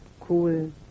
cool